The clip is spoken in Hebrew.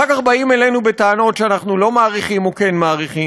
אחר כך באים אלינו בטענות שאנחנו לא מאריכים או כן מאריכים,